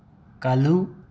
ꯀꯥꯜꯂꯨ